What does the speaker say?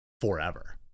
forever